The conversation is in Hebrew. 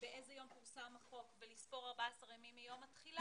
באיזה יום פורסם החוק ולספור 14 ימים מיום התחילה,